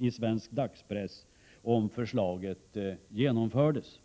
i svensk dagspress, om förslaget genomfördes.